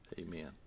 Amen